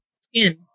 Skin